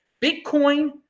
Bitcoin